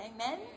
Amen